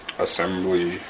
assembly